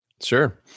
Sure